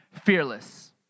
fearless